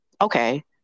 okay